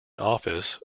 office